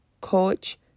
coach